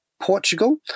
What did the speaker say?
Portugal